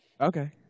Okay